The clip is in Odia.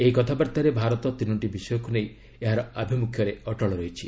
ଏହି କଥାବାର୍ତ୍ତାରେ ଭାରତ ତିନୋଟି ବିଷୟକୁ ନେଇ ଏହାର ଆଭିମୁଖ୍ୟରେ ଅଟଳ ରହିଛି